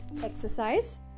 exercise